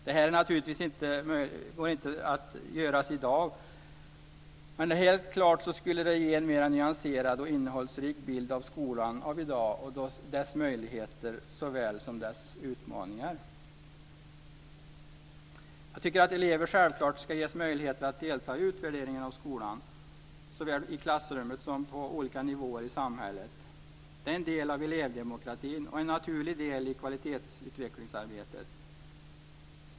Det går naturligtvis inte att göra i dag, men det skulle helt klart ge en mera nyanserad och innehållsrik bild av skolan av i dag, dess möjligheter såväl som dess utmaningar. Jag tycker att elever självklart ska ges möjlighet att delta i utvärderingen av skolan såväl i klassrummet som på olika nivåer i samhället. Det är en del av elevdemokratin och en naturlig del av kvalitetsutvecklingsarbetet.